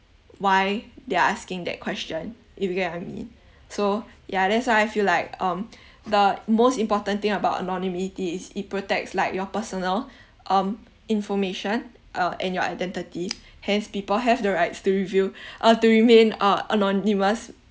why they are asking that question if you get what I mean so yeah that's why I feel like um the most important thing about anonymity is it protects like your personal um information uh and your identity hence people have the rights to reveal uh to remain uh anonymous